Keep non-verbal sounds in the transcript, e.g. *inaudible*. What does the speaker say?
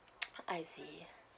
*noise* I see